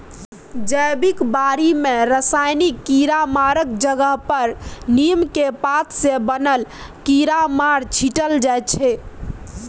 जैबिक बारी मे रासायनिक कीरामारक जगह पर नीमक पात सँ बनल कीरामार छीटल जाइ छै